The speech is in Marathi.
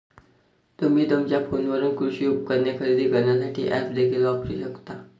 तुम्ही तुमच्या फोनवरून कृषी उपकरणे खरेदी करण्यासाठी ऐप्स देखील वापरू शकता